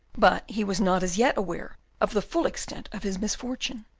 but he was not as yet aware of the full extent of his misfortune.